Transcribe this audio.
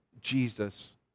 Jesus